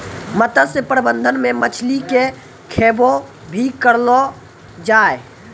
मत्स्य प्रबंधन मे मछली के खैबो भी करलो जाय